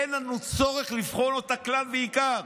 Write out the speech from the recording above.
אין לנו צורך לבחון אותה כלל ועיקר,